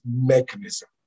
mechanism